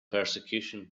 persecution